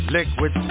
Liquid